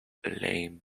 lame